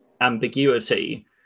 ambiguity